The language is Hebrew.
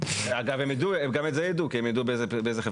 הם ידעו כי הם ידעו באיזו טיסה הגעת.